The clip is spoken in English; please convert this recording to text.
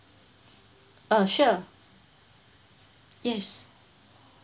uh sure yes